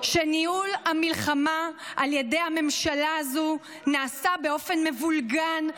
שניהול המלחמה על ידי הממשלה הזו נעשה באופן מבולגן,